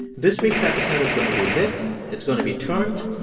this week's episode is going to be lit. it's going to be turnt,